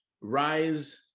rise